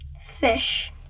fish